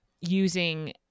using